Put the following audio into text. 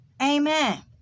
Amen